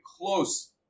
close